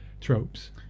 tropes